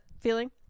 feeling